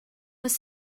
was